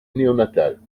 néonatale